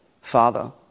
father